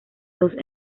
dos